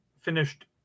finished